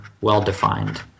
well-defined